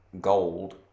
gold